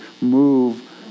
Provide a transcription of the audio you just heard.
move